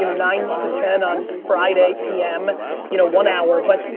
you know nine to ten on friday, p m, you know one hour. but,